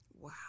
Wow